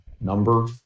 number